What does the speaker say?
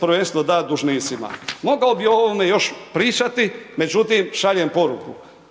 prvenstvo da dužnicima. Mogao bih o ovome još pričati, međutim, šaljem poruku.